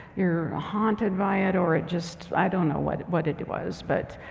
you're haunted by it or it just, i don't know what it, what it it was, but.